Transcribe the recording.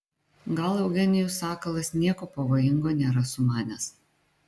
gal eugenijus sakalas nieko pavojingo nėra sumanęs